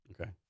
Okay